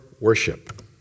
worship